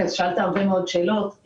שאלת הרבה מאוד שאלות.